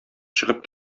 чыгып